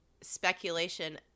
speculation